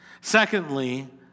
Secondly